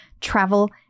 travel